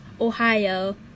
Ohio